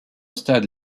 stade